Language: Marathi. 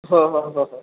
हो हो हो हो